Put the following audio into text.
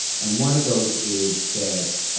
and one of those is that